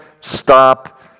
stop